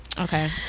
Okay